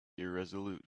irresolute